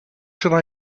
should